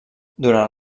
durant